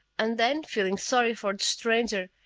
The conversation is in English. and then, feeling sorry for the stranger,